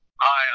Hi